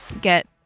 get